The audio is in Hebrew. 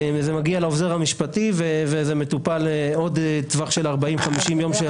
זה מגיע לעוזר המשפטי ומטופל בעוד טווח של 50-40 יום.